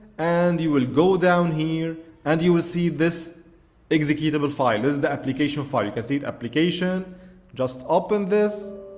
and you will go down here and you will see this executable file this is the application file, you can see application just open this,